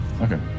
Okay